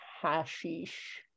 hashish